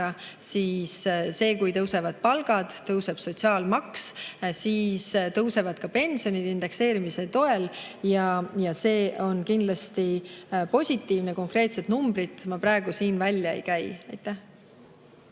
siis kui tõusevad palgad, tõuseb sotsiaalmaks, ja siis tõusevad ka pensionid indekseerimise toel. See on kindlasti positiivne. Konkreetset numbrit ma praegu siin välja ei käi. Tõnis